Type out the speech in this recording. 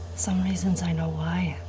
some reasons i know why.